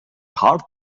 card